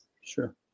Sure